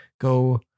go